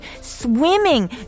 swimming